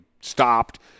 stopped